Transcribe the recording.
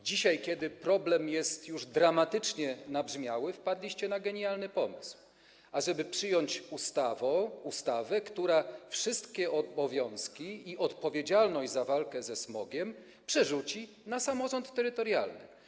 Dzisiaj, kiedy problem jest już dramatycznie nabrzmiały, wpadliście na genialny pomysł, żeby przyjąć ustawę, która wszystkie obowiązki i całą odpowiedzialność za walkę ze smogiem przerzuci na samorząd terytorialny.